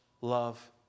love